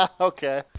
Okay